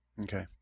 Okay